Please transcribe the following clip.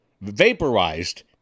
vaporized